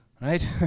right